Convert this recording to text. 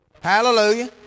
Hallelujah